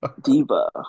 Diva